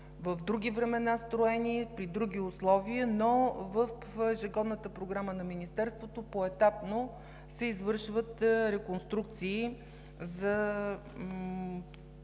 в други времена строени и при други условия, но в ежегодната програма на Министерството поетапно се извършват реконструкции за